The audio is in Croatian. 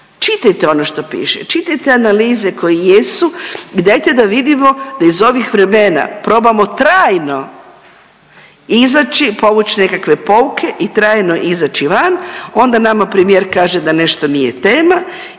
čitajte ono što piše, čitajte analize koje jesu i dajte da vidimo da ih ovih vremena probamo trajno izaći i povuć nekakve pouke i trajno izaći van, onda nama premijer kaže da nešto nije tema